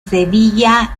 sevilla